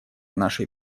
нашей